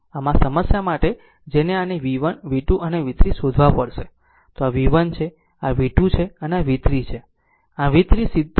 આમ આ સમસ્યા માટે જેને આની v1 v 2 અને v 3 શોધવા પડશે તો આ v 1 છે આ v 2 છે અને આ v 3 છે